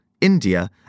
India